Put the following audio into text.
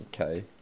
Okay